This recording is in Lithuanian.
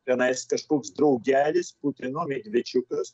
tenais kažkoks draugelis putino medvičiukas